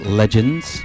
legends